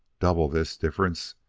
double this difference,